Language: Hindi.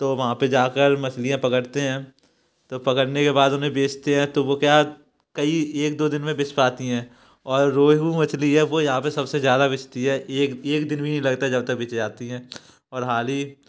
तो वहाँ पर जा कर मछलियाँ पकड़ते हैं तो पकड़ने के बाद उन्हें बेचते हैं तो वो क्या कई एक दो दिन में बिच पाती हैं और रोहू मछली है वो यहाँ पर सबसे ज्यादा बिचती है एक एक दिन में ही लगता जाता है बिच जाती है और हाल ही